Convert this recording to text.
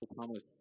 Thomas